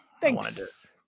Thanks